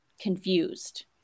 confused